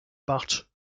bat